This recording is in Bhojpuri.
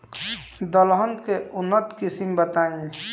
दलहन के उन्नत किस्म बताई?